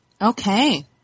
Okay